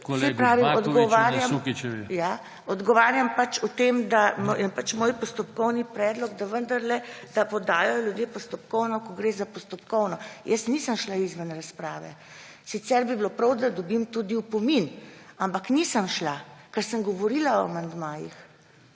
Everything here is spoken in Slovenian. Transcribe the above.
ŽIBERT (PS SDS): Saj pravim, odgovarjam pač, da je moj postopkovni predlog, da podajajo ljudje postopkovno, ko gre za postopkovno. Jaz nisem šla izven razprave. Sicer bi bilo prav, da dobim tudi opomin, ampak nisem šla, ker sem govorila o amandmajih.